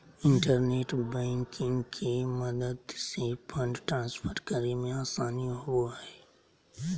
internet banking के मदद से फंड ट्रांसफर करे मे आसानी होवो हय